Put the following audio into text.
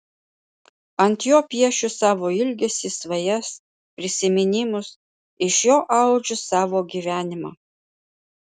ant jo piešiu savo ilgesį svajas prisiminimus iš jo audžiu savo gyvenimą